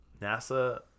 NASA –